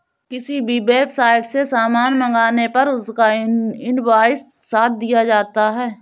किसी भी वेबसाईट से सामान मंगाने पर उसका इन्वॉइस साथ दिया जाता है